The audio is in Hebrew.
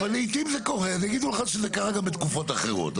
אבל לעיתים זה קורה ויגידו לך שזה קרה גם בתקופות אחרות.